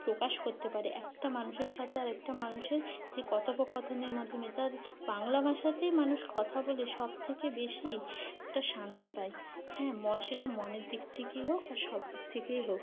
প্রকাশ করতে পারে একটা মানুষের সাথে আর একটা মানুষের যে কথোপকথনের মাধ্যমে তার বাংলা ভাষাতেই মানুষ কথা বলে সব থেকে বেশি একটা শান্তি পায় হ্যাঁ ম সেটা মনের দিক থেকেই হোক আর সব দিক থেকেই হোক